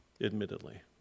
admittedly